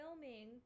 filming